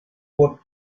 woot